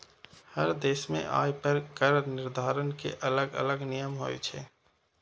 हर देश मे आय पर कर निर्धारण के अलग अलग नियम होइ छै